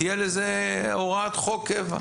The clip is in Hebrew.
תהיה לזה הוראת חוק קבע,